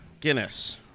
Guinness